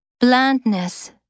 Blandness